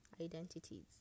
identities